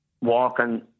walking